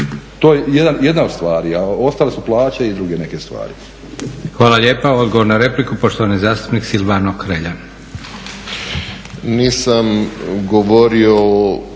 To je jedna od stvari a ostale su plaće i druge neke stvari.